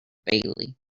bailey